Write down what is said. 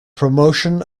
promotion